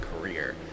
career